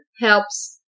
helps